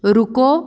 ਰੁਕੋ